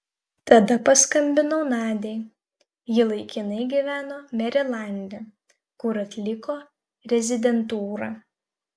tada paskambinau nadiai ji laikinai gyveno merilande kur atliko rezidentūrą